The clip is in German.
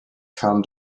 kam